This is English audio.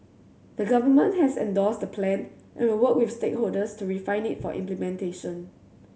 the Government has endorsed the Plan and will work with stakeholders to refine it for implementation